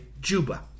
Juba